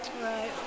Right